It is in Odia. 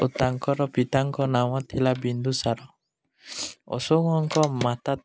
ଓ ତାଙ୍କର ପିତାଙ୍କ ନାମ ଥିଲା ବିନ୍ଦୁସାର ଅଶୋକଙ୍କ ମାତା